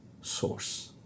source